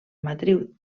matriu